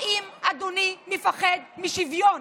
האם אדוני מפחד משוויון?